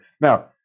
Now